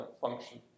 function